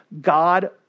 God